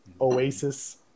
Oasis